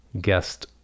guest